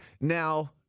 Now